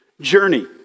journey